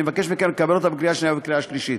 ואני מבקש מכם לקבל אותה בקריאה שנייה ובקריאה שלישית.